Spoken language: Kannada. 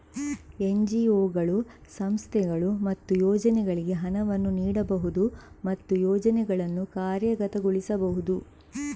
ಎನ್.ಜಿ.ಒಗಳು, ಸಂಸ್ಥೆಗಳು ಮತ್ತು ಯೋಜನೆಗಳಿಗೆ ಹಣವನ್ನು ನೀಡಬಹುದು ಮತ್ತು ಯೋಜನೆಗಳನ್ನು ಕಾರ್ಯಗತಗೊಳಿಸಬಹುದು